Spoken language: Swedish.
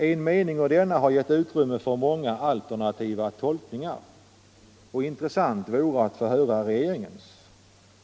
En mening ur denna rapport har gett utrymme för många alternativa tolkningar, och intressant vore att få höra regeringens.